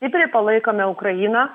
stipriai palaikome ukrainą